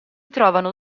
trovano